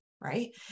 right